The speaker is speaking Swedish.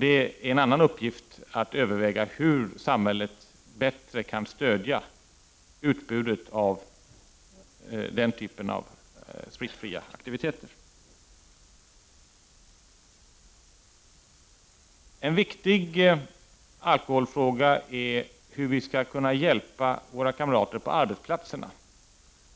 Det är en annan uppgift att överväga hur samhället bättre skall kunna stödja utbudet av den typen av spritfria aktiviteter. En viktig alkoholfråga är hur vi skall kunna hjälpa våra kamrater på arbetsplatserna.